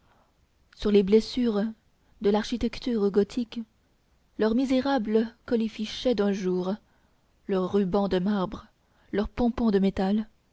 sur les blessures de l'architecture gothique leurs misérables colifichets d'un jour leurs rubans de marbre leurs pompons de métal